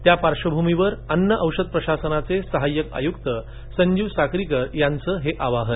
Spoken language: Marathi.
त्या पर्धभुमिवर अन्न औषध प्रशासनाचे सहायक आयुक्त संजीव साक्रीकर यांचं हे आवाहन